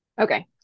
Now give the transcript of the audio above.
Okay